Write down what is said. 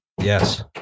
Yes